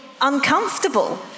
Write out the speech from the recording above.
uncomfortable